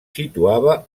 situava